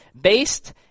based